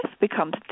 becomes